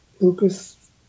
Lucas